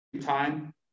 time